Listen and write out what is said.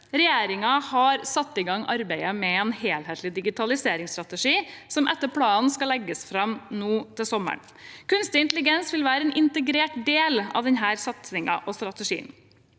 Regjeringen har satt i gang arbeidet med en helhetlig digitaliseringsstrategi, som etter planen skal legges fram til sommeren. Kunstig intelligens vil være en integrert del av denne satsingen og strategien.